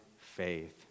faith